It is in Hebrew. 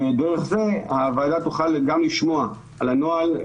ודרך זה הוועדה תוכל גם לשמוע על הנוהל,